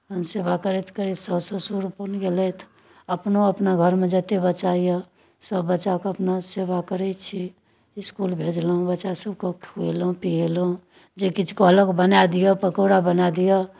तखन सेवा करैत करैत सासु ससुर अपन गेलथि अपनो अपना घरमे जतेक बच्चा यए सभबच्चाके अपना सेवा करै छी इस्कुल भेजलहुँ बच्चासभकेँ खुएलहुँ पिएलहुँ जे किछु कहलक बनाए दिअ पकौड़ा बनाए दिअ